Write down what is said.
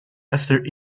after